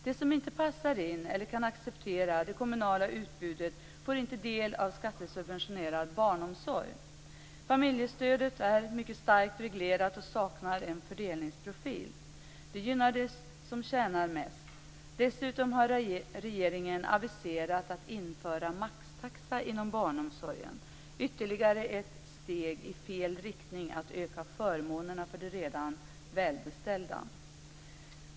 De som inte passar in eller kan acceptera det kommunala utbudet får inte del av skattesubventionerad barnomsorg. Familjestödet är starkt reglerat och saknar en fördelningsprofil. Det gynnar dem som tjänar mest. Dessutom har regeringen aviserat att man avser införa maxtaxa inom barnomsorgen, dvs. ytterligare ett steg i fel riktning att öka förmånerna för de redan välbeställda.